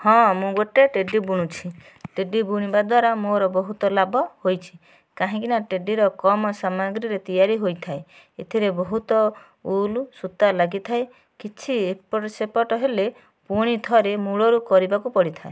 ହଁ ମୁଁ ଗୋଟିଏ ଟେଡ଼ି ବୁଣୁଛି ଟେଡ଼ି ବୁଣିବା ଦ୍ୱାରା ମୋର ବହୁତ ଲାଭ ହୋଇଛି କାହିଁକି ନା ଟେଡ଼ିର କମ୍ ସାମଗ୍ରୀରେ ତିଆରି ହୋଇଥାଏ ଏଥିରେ ବହୁତ ଉଲ୍ ସୂତା ଲାଗିଥାଏ କିଛି ଏପଟ ସେପଟ ହେଲେ ପୁଣିଥରେ ମୁଳରୁ କରିବାକୁ ପଡ଼ିଥାଏ